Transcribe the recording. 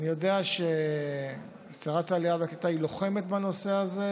אני יודע ששרת העלייה והקליטה היא לוחמת בנושא הזה,